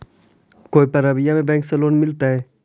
कोई परबिया में बैंक से लोन मिलतय?